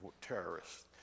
terrorists